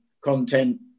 content